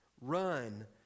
Run